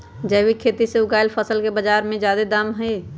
जैविक खेती से उगायल फसल के बाजार में जादे दाम हई